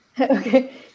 Okay